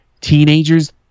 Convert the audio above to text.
teenagers